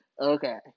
Okay